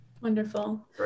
Wonderful